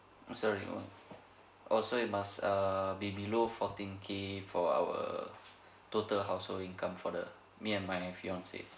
oh sorry oh oh so it must err be below fourteen K for our total household income for the me and my fiancé